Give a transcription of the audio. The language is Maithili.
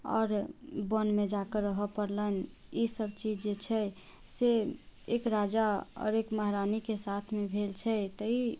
आओर वनमे जाके रहऽ पड़लनि ई सब चीज जे छै से एक राजा आओर एक महारानीके साथमे भेल छै